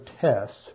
tests